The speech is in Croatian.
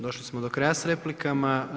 Došli smo do kraja s replikama.